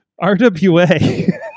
RWA